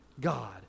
God